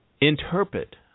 interpret